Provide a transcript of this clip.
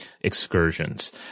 excursions